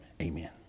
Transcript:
amen